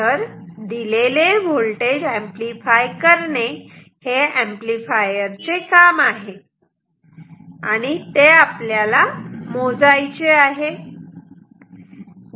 तर दिलेले voltage amplify करणे हे ऍम्प्लिफायर चे काम आहे कारण ते आपल्याला मोजायचे आहे